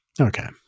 Okay